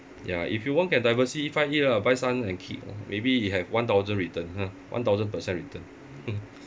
ya if you want can diversify it ah buy some and keep maybe it have one thousand return one thousand percent return